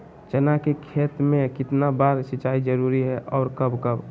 चना के खेत में कितना बार सिंचाई जरुरी है और कब कब?